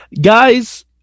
Guys